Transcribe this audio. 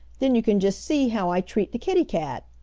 den you can jest see how i treat de kitty-cat!